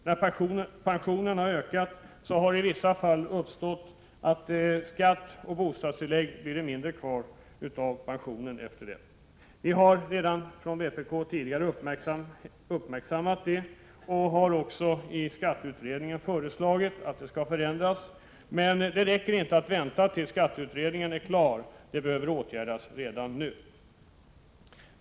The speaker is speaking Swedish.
När pensionen ökar uppstår i vissa fall rent negativa effekter. I stället för mer pengar efter skatt och bostadstillägg blir det mindre. Vpk har redan tidigare uppmärksammat detta och har i inkomstskatteutredningen föreslagit förändringar. Men det räcker inte. Vi kan inte vänta tills skatteutredningen är klar; detta behöver åtgärdas redan nu.